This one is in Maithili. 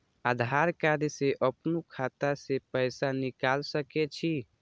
आधार कार्ड से अपनो खाता से पैसा निकाल सके छी?